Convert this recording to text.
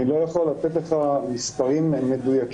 אני לא יכול לתת לך מספרים מדויקים.